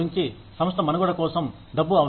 సంస్థ మనుగడ కోసం డబ్బు అవసరం